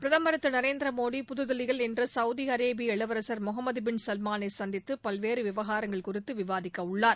பிரதமர் திரு நரேந்திர மோடி புதுதில்லியில் இன்று சவுதி அரேபிய இளவரசர் மொகமத் பின் சல்மானை சந்தித்து பல்வேறு விவகாரங்கள் குறித்து விவாதிக்கவுள்ளார்